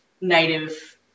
native